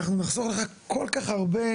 אחנו נחסוך לך כל כך הרבה